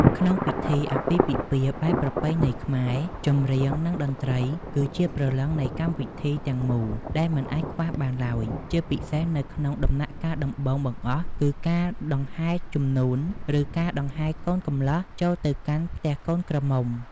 ក្នុងពិធីអាពាហ៍ពិពាហ៍បែបប្រពៃណីខ្មែរ ចម្រៀង និងតន្ត្រីគឺជាព្រលឹងនៃកម្មវិធីទាំងមូលដែលមិនអាចខ្វះបានឡើយ ជាពិសេសនៅក្នុងដំណាក់កាលដំបូងបង្អស់គឺការដង្ហែជំនូន ឬការដង្ហែកូនកំលោះចូលទៅកាន់ផ្ទះកូនក្រមុំ។